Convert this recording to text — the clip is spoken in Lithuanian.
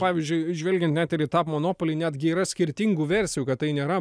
pavyzdžiui žvelgiant net ir į tą monopolį netgi yra skirtingų versijų kad tai nėra